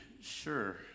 sure